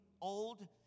old